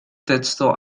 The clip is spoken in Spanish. texto